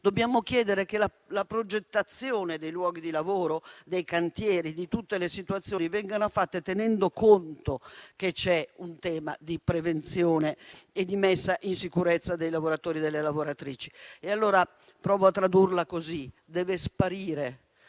Dobbiamo chiedere che la progettazione dei luoghi di lavoro, dei cantieri e di tutte le situazioni venga fatta tenendo conto che c'è un tema di prevenzione e di messa in sicurezza dei lavoratori e delle lavoratrici. Provo a tradurla così: deve sparire